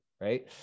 Right